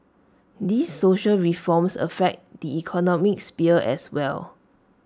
these social reforms affect the economic sphere as well